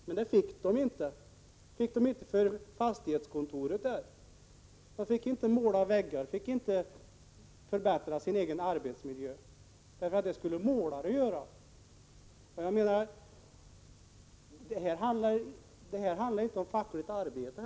Men det fick de inte för fastighetskontoret. De fick inte måla väggar och förbättra sin egen arbetsmiljö. Det skulle målare göra. Detta handlar inte heller om fackligt arbete.